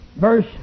Verse